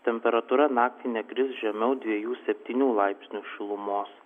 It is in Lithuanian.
temperatūra naktį nekris žemiau dviejų septynių laipsnių šilumos